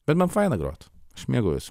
bet man faina grot aš mėgaujuos